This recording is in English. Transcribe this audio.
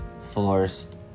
forced